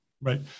Right